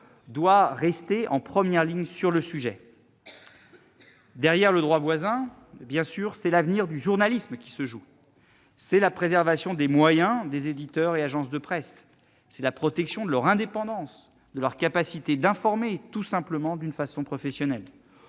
doit rester en première ligne sur ce sujet. Derrière le droit voisin, c'est l'avenir du journalisme qui se joue ; c'est la préservation des moyens des éditeurs et des agences de presse ; c'est la protection de leur indépendance, de leur capacité d'informer, tout simplement, d'une façon professionnelle.